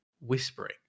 whispering